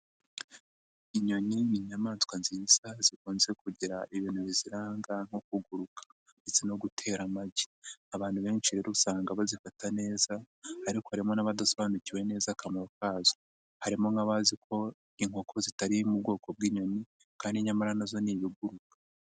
Inyoni ni inyamaswa nziza zikunze kugira ibintu biziranga nko kuguruka ndetse no gutera amagi, abantu benshi rero usanga bazifata neza ariko harimo n'abadasobanukiwe neza akamaro kazo, harimo nk'abazi ko inkoko zitari mu bwoko bw'inyoni kandi nyamara na zo ni ibiguruka.